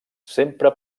sempre